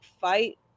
fight